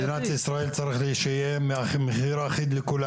אני חושב שבמדינת ישראל צריך שיהיה מחיר אחיד לכולם.